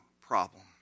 problem